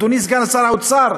אדוני סגן שר האוצר,